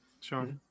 sure